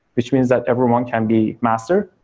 which means that everyone can be master,